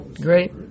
great